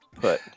put